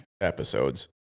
episodes